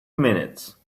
minutes